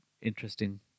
interesting